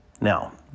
Now